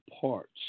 parts